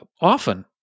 often